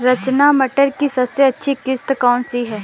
रचना मटर की सबसे अच्छी किश्त कौन सी है?